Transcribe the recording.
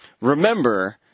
remember